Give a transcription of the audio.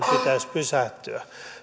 pysähtyä